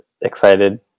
excited